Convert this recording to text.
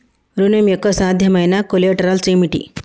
ఋణం యొక్క సాధ్యమైన కొలేటరల్స్ ఏమిటి?